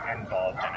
involved